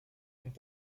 und